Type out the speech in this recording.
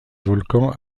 volcan